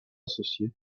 associés